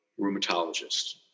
rheumatologist